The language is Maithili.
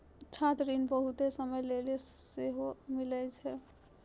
छात्र ऋण बहुते समय लेली सेहो मिलै छै